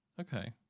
Okay